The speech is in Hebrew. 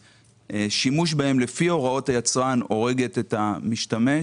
ששימוש בהם לפי הוראות היצרן הורג את המשתמש.